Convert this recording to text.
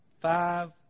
five